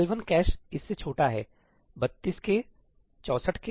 L1 cache इससे छोटा है 32 K 64 K